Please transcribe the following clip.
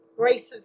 racism